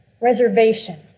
reservation